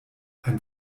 ein